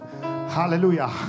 Hallelujah